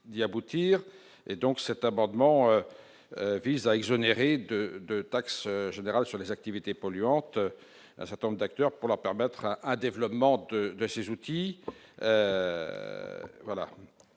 d'y aboutir et donc cet abonnement vise à exonérer de de taxe générale sur les activités polluantes, un certain nombre d'acteurs, pour leur permettre un développement de de ces outils,